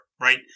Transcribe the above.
right